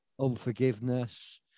unforgiveness